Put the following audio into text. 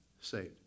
saved